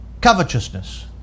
covetousness